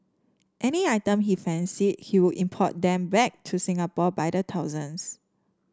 any items he fancied he would import them back to Singapore by the thousands